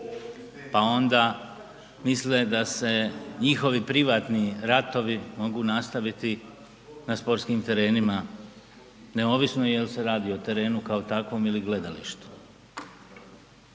pa onda misle da se njihovi privatni ratovi mogu nastaviti na sportskim terenima neovisno jel se radi o terenu kao takvom ili gledalištu.